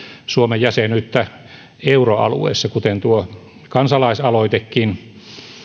suomen jäsenyyttä euroalueessa kuten tuo kansalais aloitekin